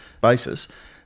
basis